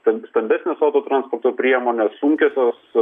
stambia stambesnės autotransporto priemonės sunkiosios